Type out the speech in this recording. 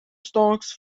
stalks